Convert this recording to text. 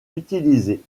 utilisés